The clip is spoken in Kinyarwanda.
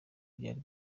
byari